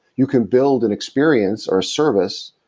you can build an experience, or service,